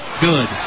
good